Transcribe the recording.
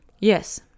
yes